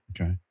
Okay